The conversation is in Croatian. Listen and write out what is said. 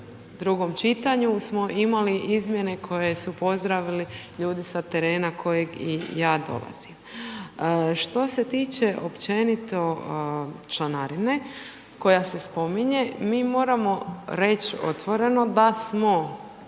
drugom čitanju smo imali izmjene koje su pozdravili ljudi sa terena kojeg i ja dolazim. Što se tiče općenito članarine koja se spominje, mi moramo reć' otvoreno da smo